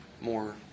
more